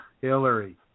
Hillary